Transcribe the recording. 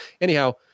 anyhow